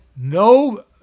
no